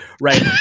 right